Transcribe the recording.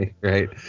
Right